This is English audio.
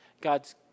God's